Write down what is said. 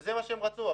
וזה מה שהם רצו.